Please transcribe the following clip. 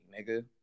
nigga